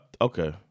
okay